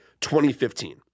2015